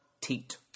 teat